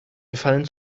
gefallen